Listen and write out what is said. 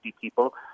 people